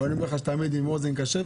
ואני אומר לך שהוא עם אוזן קשבת,